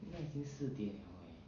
现在已经四点 liao eh